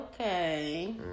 okay